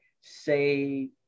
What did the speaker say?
say